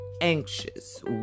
anxious